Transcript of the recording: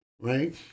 right